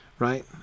Right